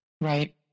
right